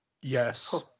Yes